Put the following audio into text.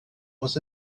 was